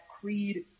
Creed